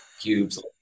cubes